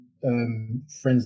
friends